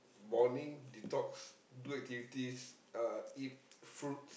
morning detox do activities uh eat fruits